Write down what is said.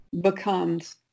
becomes